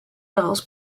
daraus